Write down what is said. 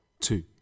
two